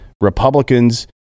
Republicans